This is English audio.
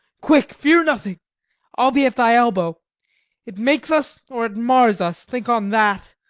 quick fear nothing i'll be at thy elbow it makes us, or it mars us think on that,